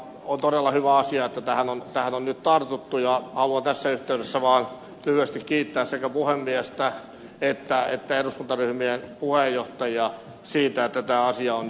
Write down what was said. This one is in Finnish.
on todella hyvä asia että tähän on nyt tartuttu ja haluan tässä yhteydessä vaan lyhyesti kiittää sekä puhemiestä että eduskuntaryhmien puheenjohtajia siitä että tämä asia on nyt viety eteenpäin